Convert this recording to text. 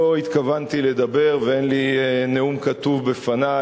לא התכוונתי לדבר ואין לי נאום כתוב בפני,